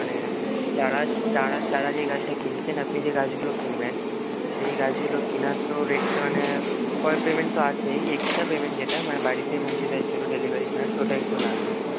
মানে চারা চারা চারা যেই গাছটা কিনছেন আপনি যে গাছগুলো কিনবেন সেই গাছগুলো কেনার তো রেট মানে পার পেমেন্ট তো আছেই এক্সট্রা পেমেন্ট যেটা মানে বাড়িতে পৌঁছে দেওয়ার জন্য ডেলিভারি চার্জ ওটা একটু লাগবে ম্যাম